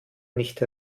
nicht